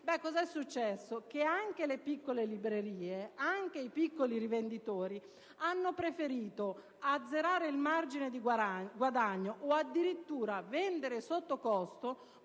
È successo che anche le piccole librerie e i piccoli rivenditori hanno preferito azzerare il margine di guadagno, o addirittura vendere sottocosto,